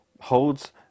holds